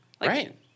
Right